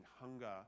hunger